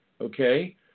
Okay